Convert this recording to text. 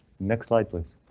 next slide, please.